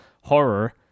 Horror